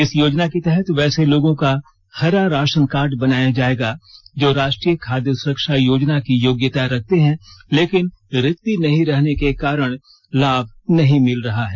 इस योजना के तहत वैसे लोगों का हरा राशनकार्ड बनाया जाएगा जो राष्ट्रीय खाद्य सुरक्षा योजना की योग्यता रखते हैं लेकिन रिक्ति नहीं रहने के कारण लाभ नहीं मिल रहा है